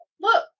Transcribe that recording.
look